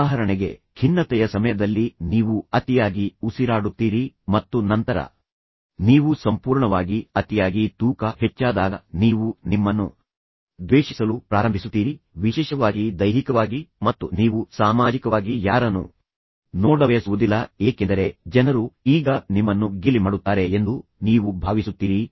ಉದಾಹರಣೆಗೆ ಖಿನ್ನತೆಯ ಸಮಯದಲ್ಲಿ ನೀವು ಅತಿಯಾಗಿ ಉಸಿರಾಡುತ್ತೀರಿ ಮತ್ತು ನಂತರ ನೀವು ಸಂಪೂರ್ಣವಾಗಿ ಅತಿಯಾಗಿ ತೂಕ ಹೆಚ್ಚಾದಾಗ ನೀವು ನಿಮ್ಮನ್ನು ದ್ವೇಷಿಸಲು ಪ್ರಾರಂಭಿಸುತ್ತೀರಿ ವಿಶೇಷವಾಗಿ ದೈಹಿಕವಾಗಿ ಮತ್ತು ನೀವು ಸಾಮಾಜಿಕವಾಗಿ ಯಾರನ್ನು ನೋಡಬಯಸುವುದಿಲ್ಲ ಏಕೆಂದರೆ ಜನರು ಈಗ ನಿಮ್ಮನ್ನು ಗೇಲಿ ಮಾಡುತ್ತಾರೆ ಎಂದು ನೀವು ಭಾವಿಸುತ್ತೀರಿ